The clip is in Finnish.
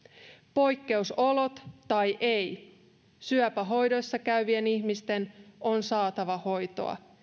poikkeusolot tai ei syöpähoidoissa käyvien ihmisten on saatava hoitoa